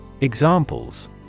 Examples